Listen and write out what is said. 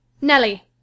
Nelly